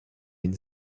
une